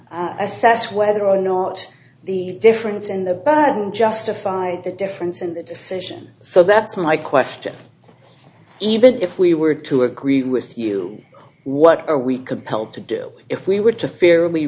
assess whether or not the difference in the burden justified the difference in the decision so that's my question even if we were to agree with you what are we compelled to do if we were to fairly